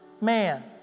man